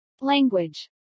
Language